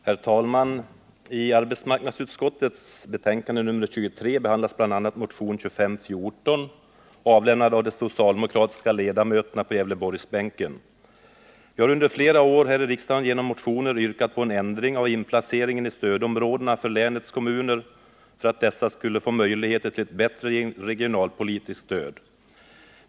Herr talman! I arbetsmarknadsutskottets betänkande nr 23 behandlas bl.a. motionen 2514, väckt av de socialdemokratiska ledamöterna på Gävleborgsbänken. Vi har under flera år här i riksdagen genom motioner yrkat på en ändring av inplaceringen i stödområdena för länets kommuner för att dessa skulle få möjligheter till ett bättre regionalpolitiskt stöd.